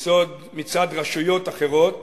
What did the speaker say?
מצד רשויות אחרות